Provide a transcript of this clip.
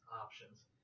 options